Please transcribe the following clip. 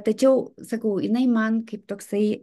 tačiau sakau jinai man kaip toksai